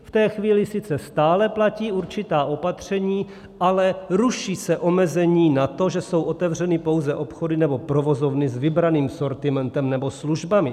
V té chvíli sice stále platí určitá opatření, ale ruší se omezení na to, že jsou omezeny pouze obchody nebo provozovny s vybraným sortimentem nebo službami.